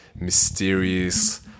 mysterious